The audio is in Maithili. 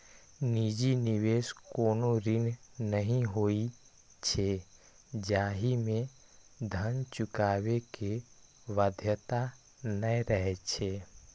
निजी निवेश कोनो ऋण नहि होइ छै, जाहि मे धन चुकाबै के बाध्यता नै रहै छै